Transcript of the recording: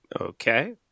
Okay